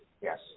Yes